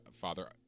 father